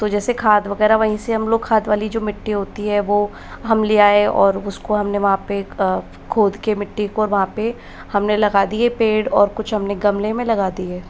तो जैसे खाद वगैरह वहीं से हम लोग खाद वाली जो मिट्टी होती है वह हम ले आए और उसको हमने वहाँ पर खोद के मिट्टी को वहाँ पर हमने लगा दिये पेड़ और कुछ हमने गमले में लगा दिये